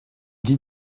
dit